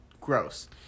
Gross